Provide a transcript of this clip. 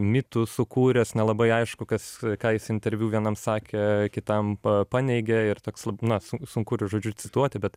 mitų sukūręs nelabai aišku kas ką jis interviu vienam sakė kitam pa paneigė ir toks lab na su sunku yra žodžiu cituoti bet